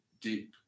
deep